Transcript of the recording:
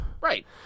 Right